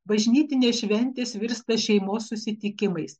bažnytinės šventės virsta šeimos susitikimais